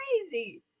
crazy